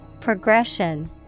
Progression